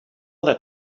that